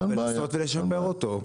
ולנסות ולשפר אותו.